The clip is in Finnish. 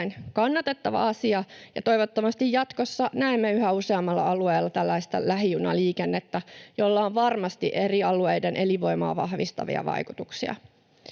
kannatettava asia, ja toivottavasti jatkossa näemme yhä useammalla alueella tällaista lähijunaliikennettä, jolla on varmasti eri alueiden elinvoimaa vahvistavia vaikutuksia.